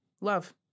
love